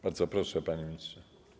Bardzo proszę, panie ministrze.